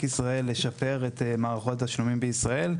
ישראל לשפר את מערכות התשלומים בישראל,